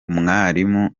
umwarimu